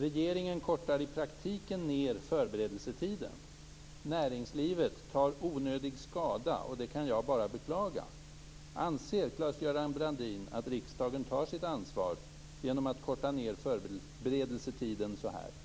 Regeringen kortar i praktiken ned förberedelsetiden. Näringslivet tar onödig skada, och det kan jag bara beklaga. Anser Claes-Göran Brandin att riksdagen tar sitt ansvar genom att korta ned förberedelsetiden på detta sätt?